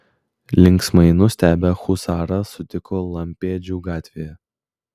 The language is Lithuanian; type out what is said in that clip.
linksmai nustebę husarą sutiko lampėdžių gatvėje